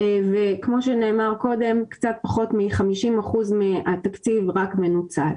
כמו שנאמר קודם, קצת פחות מ-50% מהתקציב מנוצל.